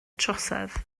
trosedd